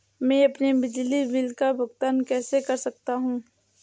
मैं अपने बिजली बिल का भुगतान कैसे कर सकता हूँ?